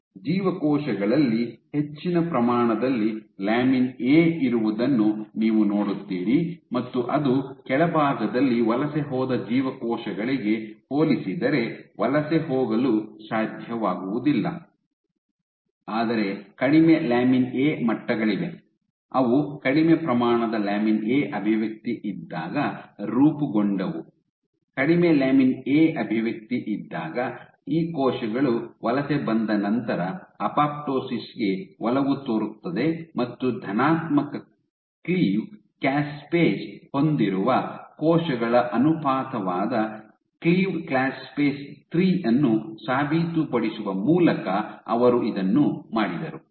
ಜೀವಕೋಶಗಳಲ್ಲಿ ಹೆಚ್ಚಿನ ಪ್ರಮಾಣದಲ್ಲಿ ಲ್ಯಾಮಿನ್ ಎ ಇರುವುದನ್ನು ನೀವು ನೋಡುತ್ತೀರಿ ಮತ್ತು ಅದು ಕೆಳಭಾಗದಲ್ಲಿ ವಲಸೆ ಹೋದ ಜೀವಕೋಶಗಳಿಗೆ ಹೋಲಿಸಿದರೆ ವಲಸೆ ಹೋಗಲು ಸಾಧ್ಯವಾಗುವುದಿಲ್ಲ ಆದರೆ ಕಡಿಮೆ ಲ್ಯಾಮಿನ್ ಎ ಮಟ್ಟಗಳಿವೆ ಅವು ಕಡಿಮೆ ಪ್ರಮಾಣದ ಲ್ಯಾಮಿನ್ ಎ ಅಭಿವ್ಯಕ್ತಿ ಇದ್ದಾಗ ರೂಪುಗೊಂಡವು ಕಡಿಮೆ ಲ್ಯಾಮಿನ್ ಎ ಅಭಿವ್ಯಕ್ತಿ ಇದ್ದಾಗ ಈ ಕೋಶಗಳು ವಲಸೆ ಬಂದ ನಂತರ ಅಪೊಪ್ಟೋಸಿಸ್ ಗೆ ಒಲವು ತೋರುತ್ತವೆ ಮತ್ತು ಧನಾತ್ಮಕ ಕ್ಲೇವ್ ಕ್ಯಾಸ್ಪೇಸ್ ಹೊಂದಿರುವ ಕೋಶಗಳ ಅನುಪಾತವಾದ ಕ್ಲೇವ್ಡ್ ಕ್ಯಾಸ್ಪೇಸ್ 3 ಅನ್ನು ಸಾಬೀತುಪಡಿಸುವ ಮೂಲಕ ಅವರು ಇದನ್ನು ಮಾಡಿದರು